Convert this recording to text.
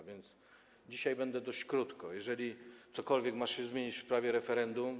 Powiem dzisiaj dość krótko: jeżeli cokolwiek ma się zmienić w sprawie referendum.